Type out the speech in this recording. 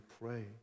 pray